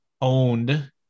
owned